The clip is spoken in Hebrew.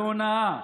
בהונאה,